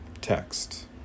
text